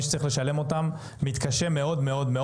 מי שצריך לשלם משכנתה מתקשה מאוד מאוד,